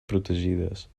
protegides